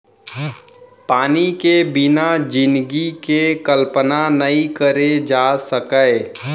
पानी के बिना जिनगी के कल्पना नइ करे जा सकय